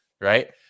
Right